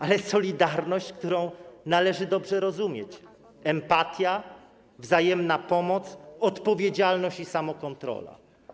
Ale solidarność, którą należy dobrze rozumieć: to empatia, wzajemna pomoc, odpowiedzialność i samokontrola.